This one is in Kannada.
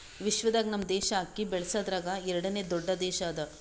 ವಿಶ್ವದಾಗ್ ನಮ್ ದೇಶ ಅಕ್ಕಿ ಬೆಳಸದ್ರಾಗ್ ಎರಡನೇ ದೊಡ್ಡ ದೇಶ ಅದಾ